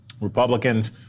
Republicans